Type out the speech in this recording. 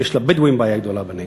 ויש לבדואים בעיה גדולה בנגב.